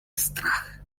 strach